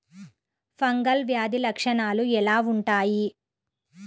Fungal వ్యాధి లక్షనాలు ఎలా వుంటాయి?